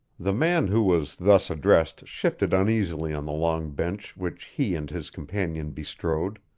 the man who was thus addressed shifted uneasily on the long bench which he and his companion bestrode.